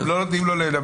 אתם לא נותנים לו לנמק.